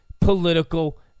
political